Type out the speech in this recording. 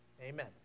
amen